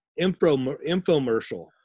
infomercial